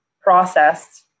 processed